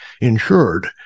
insured